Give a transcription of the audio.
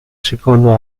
secondo